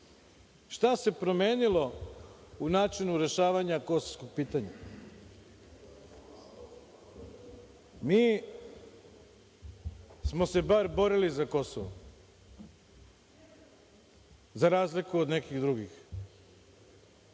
Šta se promenilo u načinu rešavanja kosovskog pitanja? Mi smo se bar borili za Kosovo za razliku od nekih drugih.